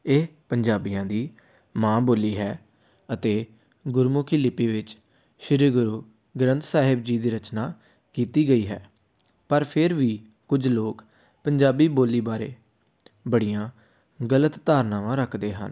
ਇਹ ਪੰਜਾਬੀਆਂ ਦੀ ਮਾਂ ਬੋਲੀ ਹੈ ਅਤੇ ਗੁਰਮੁਖੀ ਲਿਪੀ ਵਿੱਚ ਸ਼੍ਰੀ ਗੁਰੂ ਗ੍ਰੰਥ ਸਾਹਿਬ ਜੀ ਦੀ ਰਚਨਾ ਕੀਤੀ ਗਈ ਹੈ ਪਰ ਫਿਰ ਵੀ ਕੁਝ ਲੋਕ ਪੰਜਾਬੀ ਬੋਲੀ ਬਾਰੇ ਬੜੀਆਂ ਗਲਤ ਧਾਰਨਾਵਾਂ ਰੱਖਦੇ ਹਨ